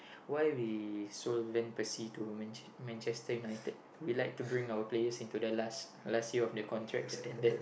why we sold Van-Persie to Manche~ Manchester-United we like to bring our players into the last last year of the contracts and then